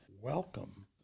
welcome